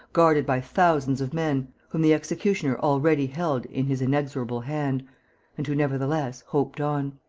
guarded by thousands of men whom the executioner already held in his inexorable hand and who, nevertheless, hoped on.